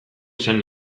izan